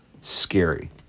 scary